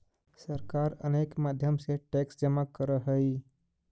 सरकार अनेक माध्यम से टैक्स जमा करऽ हई